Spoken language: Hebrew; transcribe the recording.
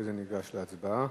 ואחרי זה ניגש להצבעה.